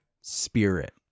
spirit